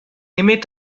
aimait